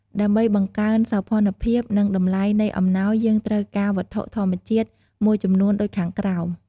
ដើម្បីបង្កើនសោភ័ណភាព និងតម្លៃនៃអំណោយយើងត្រូវការវត្ថុធម្មជាតិមួយចំនួនដូចខាងក្រោម។